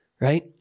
Right